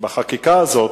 בחקיקה הזאת,